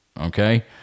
Okay